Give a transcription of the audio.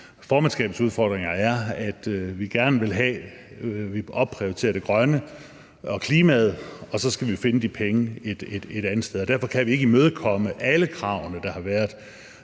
formandskabets udfordringer er jo selvfølgelig, at vi gerne vil have, at vi opprioriterer det grønne og klimaet, og så skal vi finde de penge et andet sted. Derfor kan vi ikke imødekomme alle de krav, der har været,